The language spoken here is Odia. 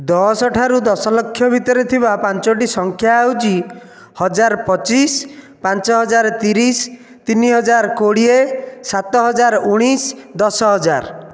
ଦଶ ଠାରୁ ଦଶ ଲକ୍ଷ ଭିତରେ ଥିବା ପାଞ୍ଚୋଟି ସଂଖ୍ୟା ହେଉଛି ହଜାରେ ପଚିଶ ପାଞ୍ଚ ହଜାର ତିରିଶ ତିନି ହଜାର କୋଡ଼ିଏ ସାତହଜାର ଉଣାଇଶ ଦଶ ହଜାର